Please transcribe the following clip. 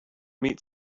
meet